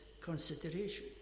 consideration